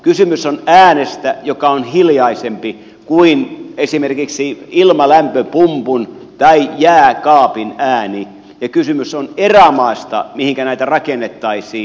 kysymys on äänestä joka on hiljaisempi kuin esimerkiksi ilmalämpöpumpun tai jääkaapin ääni ja kysymys on erämaasta mihinkä näitä rakennettaisiin